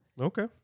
Okay